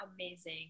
amazing